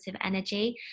energy